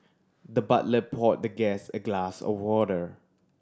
the butler pour the guest a glass of water